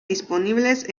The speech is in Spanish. disponibles